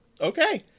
Okay